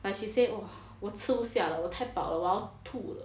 like she say !wah! 我吃不下了我太饱了我要吐了